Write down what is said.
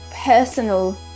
personal